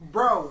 Bro